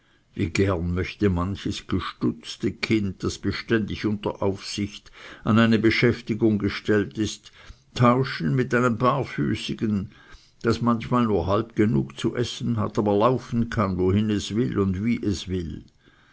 wie gerne möchte manches geputzte kind das beständig unter aufsicht an eine beschäftigung gestellt ist tauschen mit einem barfüßigen das manchmal nur halb genug zu essen hat aber laufen kann wohin es will und wie es will